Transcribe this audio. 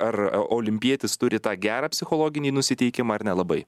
ar a olimpietis turi tą gerą psichologinį nusiteikimą ar nelabai